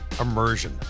Immersion